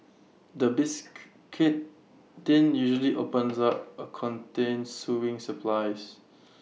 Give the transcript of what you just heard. the biscuit tin usually opens up to contain sewing supplies